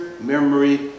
memory